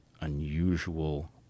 unusual